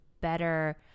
better